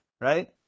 right